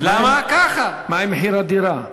מה עם מחיר הדירות?